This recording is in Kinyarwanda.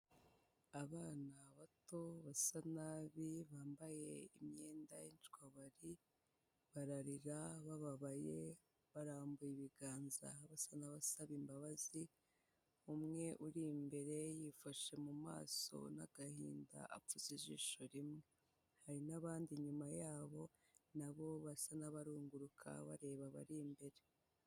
Abana bato basa nabi bambaye imyenda yincwabari bararira bababaye barambuye ibiganza basa n'abasaba imbabazi umwe uri imbere yifashe mu maso n'agahinda apfutse ijisho rimwe, hari n'abandi inyuma yabo na bo basa n'abarunguruka bareba abari imbere.